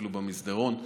אפילו במסדרון.